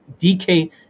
DK